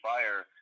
Fire